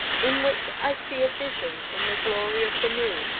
in which i see a vision in the glory of the moon,